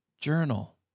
Journal